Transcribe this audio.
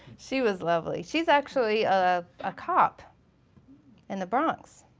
she was lovely, she's actually um a cop in the bronx.